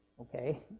okay